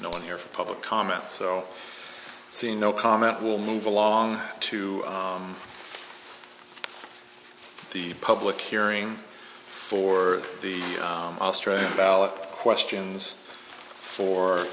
no one here for public comment so i'll see no comment will move along to the public hearing for the australian ballot questions for